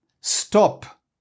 Stop